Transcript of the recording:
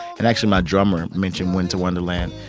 and actually, my drummer mentioned winter wonderland.